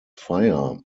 fire